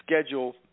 schedule